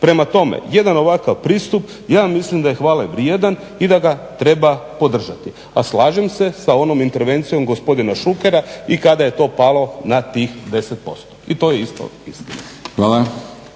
Prema tome jedan ovakav pristup ja mislim da je hvalevrijedan i da ga treba podržati. A slažem se sa onom intervencijom gospodina Šukera i kada je to palo na tih 10%, i to je isto istina.